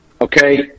okay